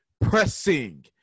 pressing